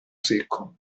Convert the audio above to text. secco